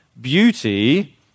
beauty